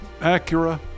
Acura